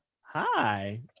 Hi